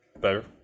Better